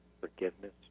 forgiveness